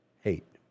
hate